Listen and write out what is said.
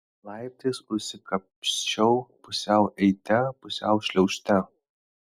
laiptais užsikapsčiau pusiau eite pusiau šliaužte